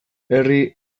herri